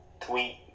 tweet